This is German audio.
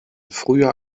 früher